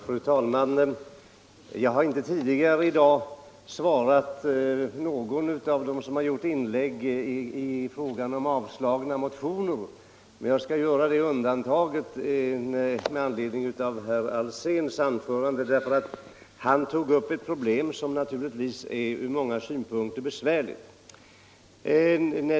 Fru talman! Jag har tidigare i dag inte bemött någon av de ledamöter som gjort inlägg i debatten med anledning av avstyrkta motioner, men jag skall göra ett undantag för herr Alsén. Han tog nämligen upp ett problem som ur många synpunkter är besvärligt.